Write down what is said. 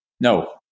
no